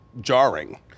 jarring